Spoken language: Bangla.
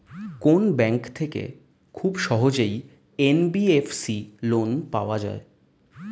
কোন ব্যাংক থেকে খুব সহজেই এন.বি.এফ.সি লোন পাওয়া যায়?